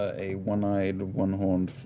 ah a one eyed, one horned,